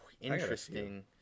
Interesting